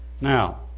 Now